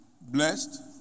blessed